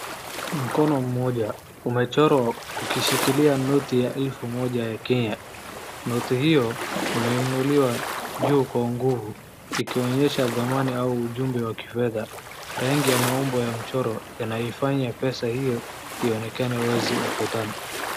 Mkono mmoja umechorwa ukishikilia noti ya elfu moja ya Kenya. Noti hiyo imeinuliwa juu kwa nguvu ikionyesha dhamani au ujumbe wa kifedha. Rangi ya maumbo ya mchoro yanaifanya pesa hiyo ionekane wazi ukutani.